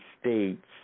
states